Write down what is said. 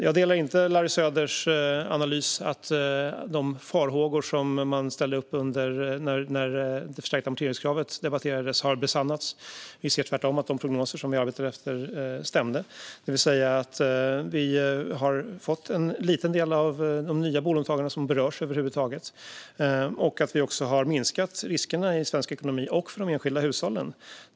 Jag delar inte Larry Söders analys att de farhågor som man ställde upp när det förstärkta amorteringskravet debatterades har besannats. Vi ser tvärtom att de prognoser som vi arbetade efter stämde, det vill säga att det är en liten del av de nya bolånetagarna som berörs över huvud taget och att vi också har minskat riskerna i svensk ekonomi och för de enskilda hushållen.